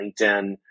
LinkedIn